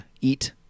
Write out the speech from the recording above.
eat